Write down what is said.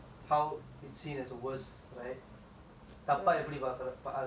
how it's seen as a worst right